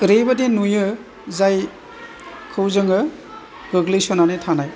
ओरैबायदि नुयो जायखौ जोङो गोग्लैसोनानै थानाय